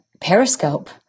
Periscope